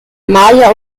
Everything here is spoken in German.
maja